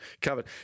covered